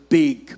big